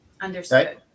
Understood